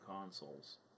consoles